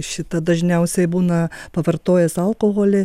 šita dažniausiai būna pavartojęs alkoholį